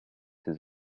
his